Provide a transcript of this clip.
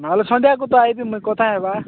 ନହଲେ ସନ୍ଧ୍ୟାକୁ ତ ଆଇବି ମୁଇଁ କଥା ହବା